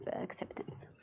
acceptance